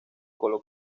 colo